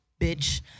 bitch